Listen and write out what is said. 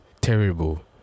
terrible